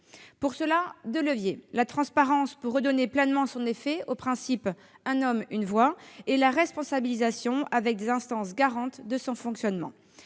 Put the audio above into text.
moyen de deux leviers : la transparence, pour redonner pleinement son effet au principe « un homme, une voix »; la responsabilisation, avec des instances garantes de son fonctionnement.